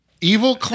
Evil